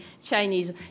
chinese